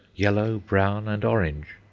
yellow, brown and orange,